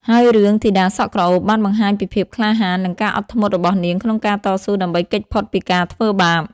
ហើយរឿង ធីតាសក់ក្រអូប បានបង្ហាញពីភាពក្លាហាន និងការអត់ធ្មត់របស់នាងក្នុងការតស៊ូដើម្បីគេចផុតពីការធ្វើបាប។